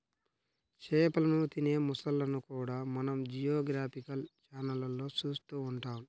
చేపలను తినే మొసళ్ళను కూడా మనం జియోగ్రాఫికల్ ఛానళ్లలో చూస్తూ ఉంటాం